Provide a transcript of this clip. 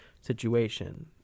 situation